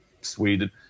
Sweden